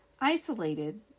Isolated